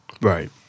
Right